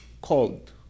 called